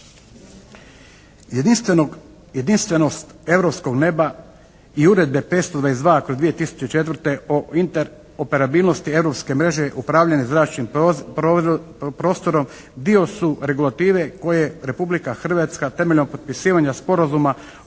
Jedinstvenost europskog neba i uredbe 522/2004. o interoperabilnosti europske mreže upravljanja zračnim prostorom dio su regulative koje Republika Hrvatska temeljem potpisivanja sporazuma obaveze